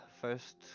first